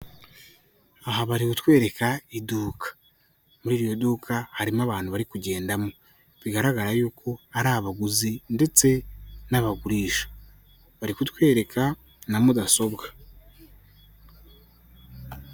Aha bari kutwereka iduka, muri iryo duka hari n'abantu bari kugenda mo, bigaragara yuko ari abaguzi ndetse n'abagurisha, bari kutwereka na mudasobwa.